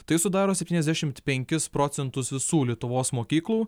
tai sudaro septyniasdešimt penkis procentus visų lietuvos mokyklų